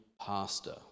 pastor